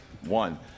one